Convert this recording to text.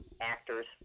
actors